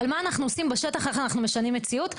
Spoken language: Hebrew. על מה אנחנו עושים בשטח, איך אנחנו משנים מציאות.